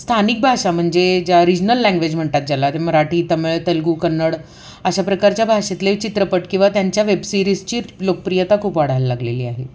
स्थानिक भाषा म्हणजे ज्या रिजनल लँग्वेज म्हणतात ज्याला ते मराठी तमिळ तेलगू कन्नड अशा प्रकारच्या भाषेतले चित्रपट किंवा त्यांच्या वेबसिरीजची लोकप्रियता खूप वाढायला लागलेली आहे